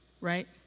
Right